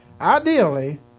ideally